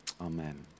Amen